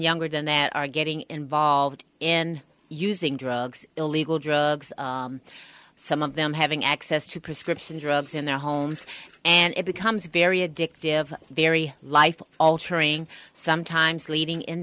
younger than that are getting involved in using drugs illegal drugs some of them having access to prescription drugs in their homes and it becomes very addictive very life altering sometimes leading